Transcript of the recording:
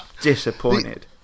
disappointed